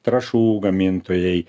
trąšų gamintojai